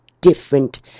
different